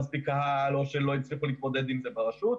מספיק קהל או שלא הצליחו להתמודד עם זה ופרשו.